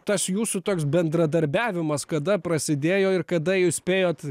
tas jūsų toks bendradarbiavimas kada prasidėjo ir kada jūs spėjot